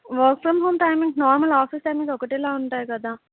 work from home timings normal office timings ఒకటేలా ఉంటాయి కదా